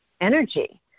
energy